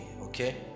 Okay